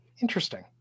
Interesting